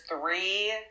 three